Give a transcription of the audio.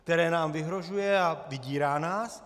Které nám vyhrožuje a vydírá nás?